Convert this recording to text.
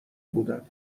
بودم